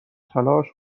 تلاش